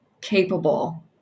capable